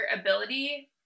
ability